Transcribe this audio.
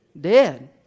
dead